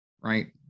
right